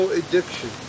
addiction